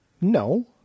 No